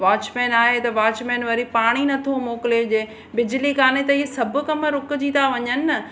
watchman आहे त watchman वरी पाणी नथो मोकिलिजे बिजली कोन्हे त इहे सभु कम रुकजी था वञनि न